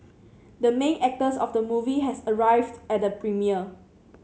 the main actors of the movie has arrived at the premiere